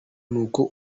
nuko